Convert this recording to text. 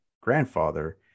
grandfather